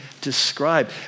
describe